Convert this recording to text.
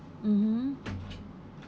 mmhmm